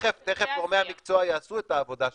תיכף גורמי המקצוע יעשו את העבודה שלהם,